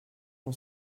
mon